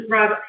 Rob